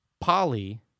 Polly